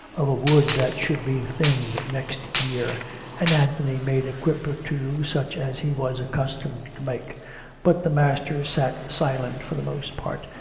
of a wood that should be thinned next year and anthony made a quip or two such as he was accustomed to make but the master sat silent for the most part,